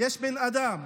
יש בן אדם,